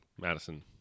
Madison